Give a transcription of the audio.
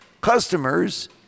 customers